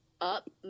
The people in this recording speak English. up